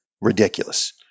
ridiculous